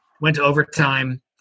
went-to-overtime